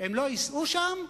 אדוני,